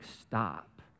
stop